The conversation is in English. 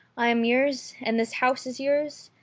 i am yours, and this house is yours,